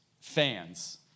fans